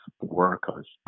workers